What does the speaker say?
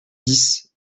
dix